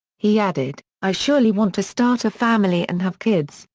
he added i surely want to start a family and have kids,